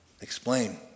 explain